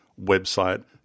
website